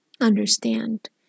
understand